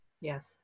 Yes